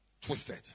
Twisted